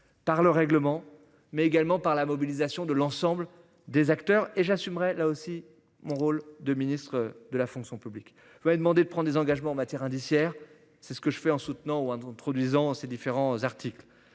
Par le règlement, mais également par la mobilisation de l'ensemble des acteurs et j'assumerai là aussi mon rôle de ministre de la fonction publique demandé de prendre des engagements en matière indiciaire. C'est ce que je fais en soutenant ou en introduisant ces différents articles,